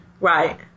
Right